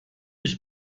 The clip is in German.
ich